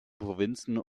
provinzen